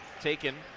Taken